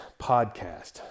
podcast